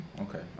Okay